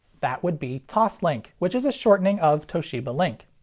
that would be toslink, which is a shortening of toshiba link.